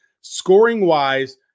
Scoring-wise